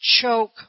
choke